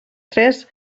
tres